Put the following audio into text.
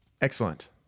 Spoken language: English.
Excellent